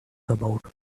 about